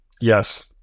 yes